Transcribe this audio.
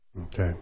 Okay